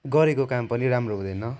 गरेको काम पनि राम्रो हुँदैन